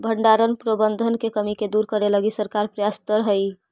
भण्डारण प्रबंधन के कमी के दूर करे लगी सरकार प्रयासतर हइ